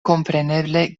kompreneble